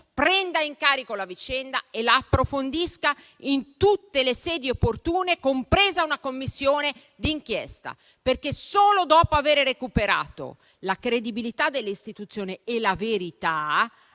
prenda in carico la vicenda e la approfondisca in tutte le sedi opportune, compresa una Commissione d'inchiesta. Solo dopo aver recuperato la credibilità delle istituzioni e la verità,